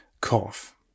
cough